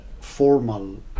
formal